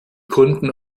kunden